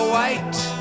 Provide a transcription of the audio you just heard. White